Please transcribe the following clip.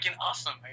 awesome